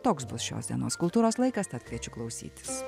toks bus šios dienos kultūros laikas tad kviečiu klausytis